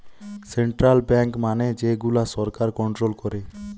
central bank মানে যে গুলা সরকার কন্ট্রোল করে